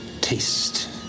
Taste